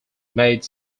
made